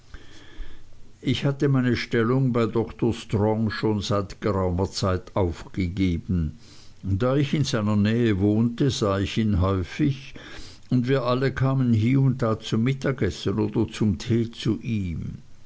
ich hatte meine stellung bei doktor strong schon seit geraumer zeit aufgegeben da ich in seiner nähe wohnte sah ich ihn häufig und wir alle kamen hie und da zum mittagessen oder zum tee zu ihm